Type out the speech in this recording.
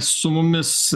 su mumis